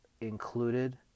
included